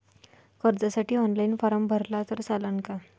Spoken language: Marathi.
कर्जसाठी ऑनलाईन फारम भरला तर चालन का?